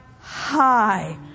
high